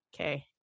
Okay